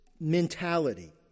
mentality